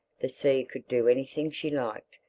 the sea could do anything she liked,